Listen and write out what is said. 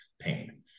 pain